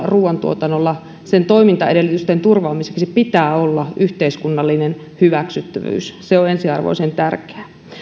ruuantuotannolla sen toimintaedellytysten turvaamiseksi pitää olla yhteiskunnallinen hyväksyttävyys se on ensiarvoisen tärkeää